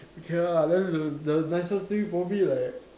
okay lah then the the nicest thing probably like